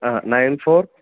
nine four